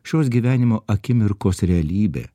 šios gyvenimo akimirkos realybė